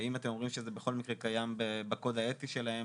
ואם אתם אומרים שבכל מקרה זה קיים בקוד האתי שלהם,